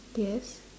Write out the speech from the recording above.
yes